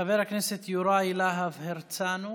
חבר הכנסת יוראי להב הרצנו,